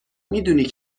میدونم